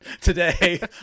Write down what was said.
today